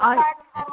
اَچھا